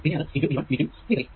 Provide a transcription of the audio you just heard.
പിന്നെ അത് x V1 V2 V3